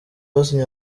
basinye